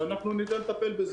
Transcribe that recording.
ואנחנו נדע לטפל בזה.